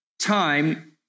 time